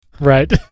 Right